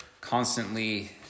constantly